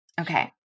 Okay